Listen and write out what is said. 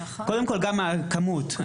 קודם כל גם הכמות.